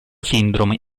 sindrome